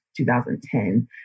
2010